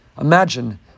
Imagine